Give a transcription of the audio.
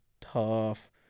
tough